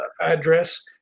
address